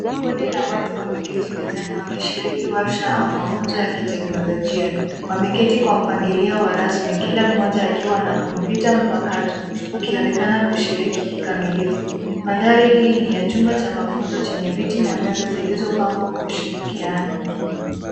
Kundi la watu wameketi mezani wakishiriki warsha au mafunzo ya kiteknolojia. Wameketi kwa mpangilio wa rasmi, kila mmoja akiwa ana kompyuta mpakato wakionekana kushirki kikamilifu. Mandhari hii ni ya chumba cha mafunzo chenye viti na meza zilizopangwa kwa ushirikiano.